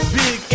big